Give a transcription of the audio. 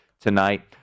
tonight